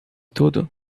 tudo